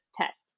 test